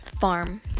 farm